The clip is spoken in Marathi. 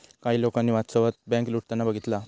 काही लोकांनी वास्तवात बँक लुटताना बघितला हा